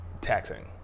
taxing